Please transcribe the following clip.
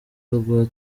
rwa